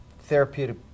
therapeutic